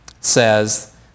says